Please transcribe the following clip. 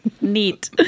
Neat